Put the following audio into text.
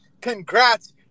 Congrats